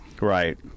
right